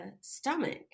stomach